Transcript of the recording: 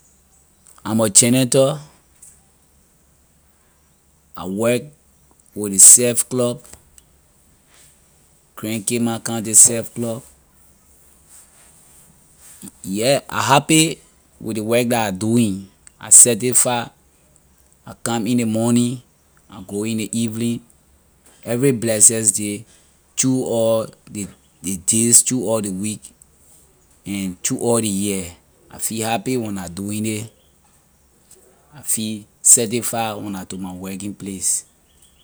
I’m a janitor I work with ley surf club grand cape mount county surf club yeah I happy with ley work that I doing I satisfy I come in ley morning I go in ley evening every blessed day through all ley days through all ley week and through all ley year I feel happy when am doing it I feel satisfy when I to my working place.